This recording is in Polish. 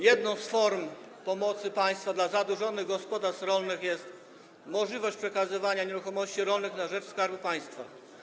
Jedną z form pomocy państwa dla zadłużonych gospodarstw rolnych jest możliwość przekazywania nieruchomości rolnych na rzecz Skarbu Państwa.